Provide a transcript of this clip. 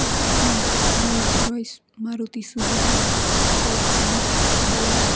Tata punch Rolls Royce Maruti Suzuki Fortuner Baleno